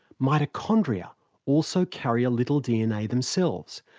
mitochondria also carry a little dna themselves.